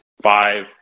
five